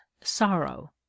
sorrow